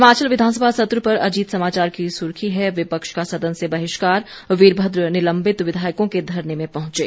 हिमाचल विधानसभा सत्र पर अजीत समाचार की सुर्खी है विपक्ष का सदन से बहिष्कार वीरभद्र निलंबित विधायकों के धरने में पहुंचे